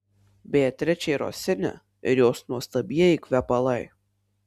beatričė rosini ir jos nuostabieji kvepalai